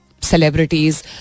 celebrities